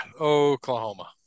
Oklahoma